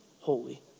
holy